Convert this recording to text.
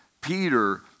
Peter